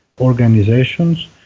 organizations